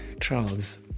Charles